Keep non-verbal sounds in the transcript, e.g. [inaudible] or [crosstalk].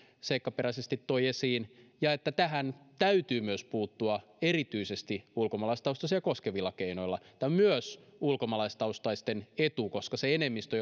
seikkaperäisesti toi esiin ja että tähän täytyy myös puuttua erityisesti ulkomaalaistaustaisia koskevilla keinoilla tämä on myös ulkomaalaistaustaisten etu koska se enemmistö [unintelligible]